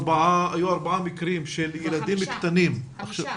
ארבעה מקרים של ילדים קטנים --- כבר חמישה.